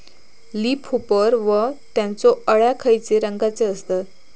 Leaf hopper व त्यानचो अळ्या खैचे रंगाचे असतत?